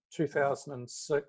2006